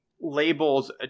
labels